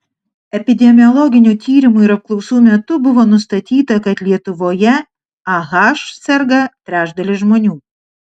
epidemiologinių tyrimų ir apklausų metu buvo nustatyta kad lietuvoje ah serga trečdalis žmonių